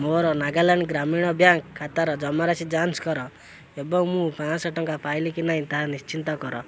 ମୋର ନାଗାଲାଣ୍ଡ୍ ଗ୍ରାମୀଣ ବ୍ୟାଙ୍କ୍ ଖାତାର ଜମାରାଶି ଯାଞ୍ଚ୍ କର ଏବଂ ମୁଁ ପାଞ୍ଚଶହ ଟଙ୍କା ପାଇଲି କି ନାଇଁ ତାହା ନିଶ୍ଚିତ କର